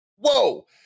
whoa